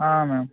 ma'am